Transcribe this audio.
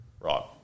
right